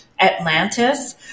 Atlantis